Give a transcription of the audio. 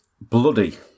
bloody